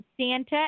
Santa